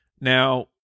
Now